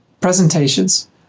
Presentations